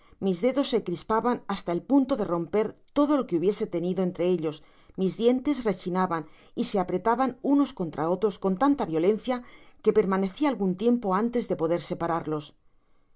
mis dedos se crispaban hasta el punto de romper todo lo que hubiese tenido enfre ellos mis dientes rechinaban y se apretaban unos eontra otros con tanta violencia que permaneci algun tiempo antes de poder separarlos